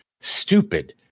stupid